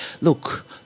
Look